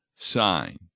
sign